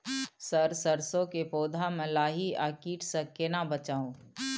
Sir सरसो के पौधा में लाही आ कीट स केना बचाऊ?